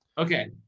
okay.